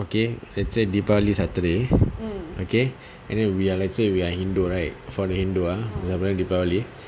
okay let's say deepavali saturday okay and we are let's say we are hindu right for the hindu ah we are going deepavali